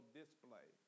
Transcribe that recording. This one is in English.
display